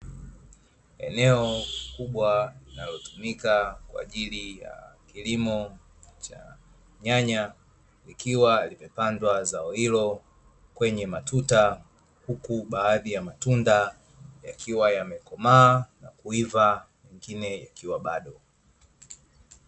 Eneo kubwa linalotumika kwa ajili ya kilimo cha nyanya likiwa limepandwa zao hilo kwenye matuta, huku baadhi ya matunda yakiwa yamekomaa na kuiva mengine yakiwa bado.